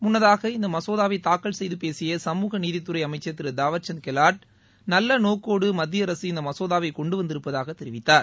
முன்னதாக இந்த மசோதாவை தாக்கல் செய்து பேசிய சமூக நீதித்துறை அமைச்சர் திரு தாவர்சந்த் கெலாட் நல்ல நோக்கோடு மத்திய அரசு இந்த மசோதாவை கொண்டு வந்திருப்பதாக தெரிவித்தார்